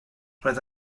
roedd